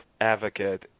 advocate